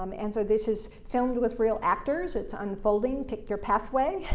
um and so this is filmed with real actors. it's unfolding. pick your pathway.